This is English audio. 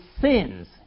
sins